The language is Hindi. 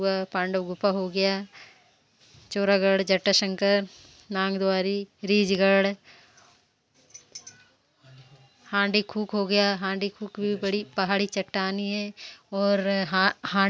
कीड़े मकोड़े बिनकर लाती हैं फ़िर वह उनको बच्चों को खिलाती हैं फ़िर वह अंडे को मतलब सेवा पर बैठती हैं फ़िर वह बच्चे इतने सुन्दर दिखते हैं उनके जो सबसे ज़्यादा जो नीलकंठ की जो पक्षी रहती हैं मतलब बहुत ज़्यादा अति सुन्दर देती हैं